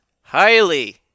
highly